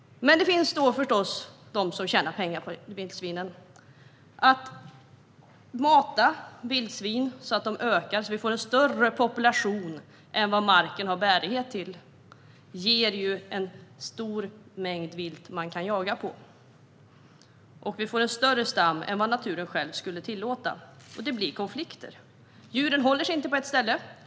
Men det finns förstås de som tjänar pengar på vildsvinen. Att mata vildsvin så att de ökar och vi får en större population än vad marken har bärighet till ger en stor mängd vilt att jaga på. Vi får en större stam än vad naturen själv skulle tillåta, och det blir konflikter. Djuren håller sig inte på ett ställe.